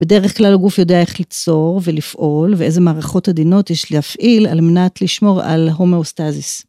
בדרך כלל הגוף יודע איך ליצור ולפעול ואיזה מערכות עדינות יש להפעיל על מנת לשמור על הומואוסטזיס.